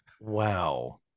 wow